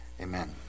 amen